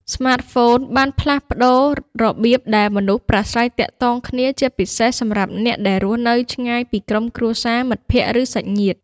ស្មាតហ្វូនបានផ្លាស់ប្ដូររបៀបដែលមនុស្សប្រាស្រ័យទាក់ទងគ្នា ជាពិសេសសម្រាប់អ្នកដែលរស់នៅឆ្ងាយពីក្រុមគ្រួសារ មិត្តភក្ដិ ឬសាច់ញាតិ។